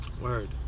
Word